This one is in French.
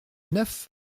neuf